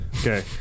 Okay